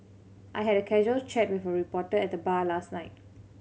I had a casual chat with a reporter at the bar last night